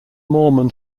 mormon